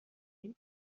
این